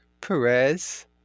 Perez